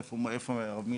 איפה הרב מילר?